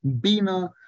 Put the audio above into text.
bina